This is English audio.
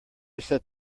set